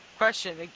question